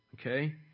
Okay